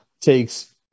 takes